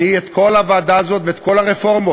את כל הוועדה הזאת ואת כל הרפורמות,